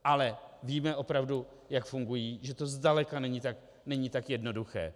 Ale víme opravdu, jak fungují, že to zdaleka není tak jednoduché.